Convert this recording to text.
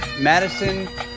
Madison